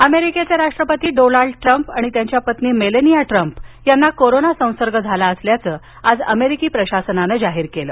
corona अमेरिकेचे राष्ट्रपती Donald Trump आणि त्यांच्या पत्नी मेलेनिया ट्रंप यांना कोरोना संसर्ग झाला असल्याचं आज अमेरिकी प्रशासनानं जाहीर केलं